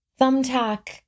Thumbtack